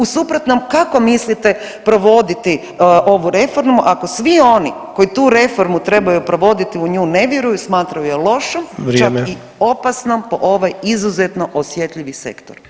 U suprotnom, kako mislite provoditi ovu reformu ako svi oni koji tu reformu trebaju provoditi u nju ne vjeruju i smatraju ju lošom [[Upadica: Vrijeme.]] čak i opasnom po ovaj izuzetno osjetljivi sektor.